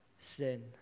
sin